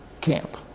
camp